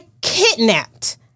kidnapped